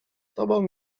tobą